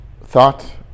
thought